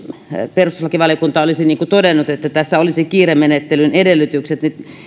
perustuslakivaliokunta olisi todennut että tässä olisi kiiremenettelyn edellytykset